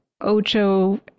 Ocho